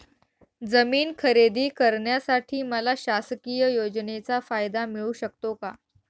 जमीन खरेदी करण्यासाठी मला शासकीय योजनेचा फायदा मिळू शकतो का?